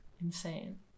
Insane